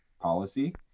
policy